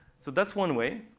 so that's one way.